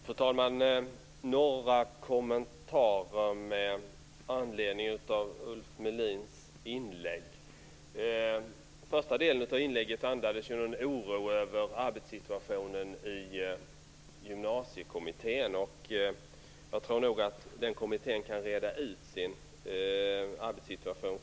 Fru talman! Jag har några kommentarer med anledning av Ulf Melins inlägg. Den första delen av inlägget andades en oro över arbetssituationen i Gymnasiekommittén. Jag tror att kommittén själv kan reda ut sin arbetssituation.